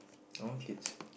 I want kids